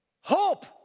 Hope